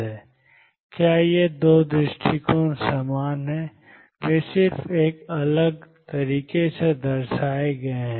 या क्या ये 2 दृष्टिकोण समान हैं वे सिर्फ एक अलग तरीके से दर्शाए गए हैं